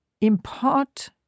impart